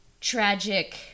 tragic